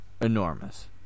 Enormous